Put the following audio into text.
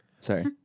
Sorry